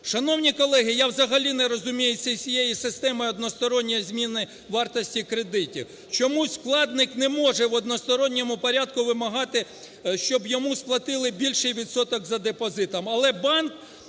Шановні колеги, я взагалі не розумію цієї системи, односторонньої зміни вартості кредитів. Чомусь вкладник не може в односторонньому порядку вимагати, щоб йому сплатили більший відсоток за депозитом,